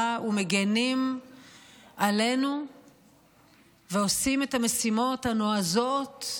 ומגינים עלינו ועושים את המשימות הנועזות,